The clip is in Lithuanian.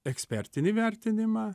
ekspertinį vertinimą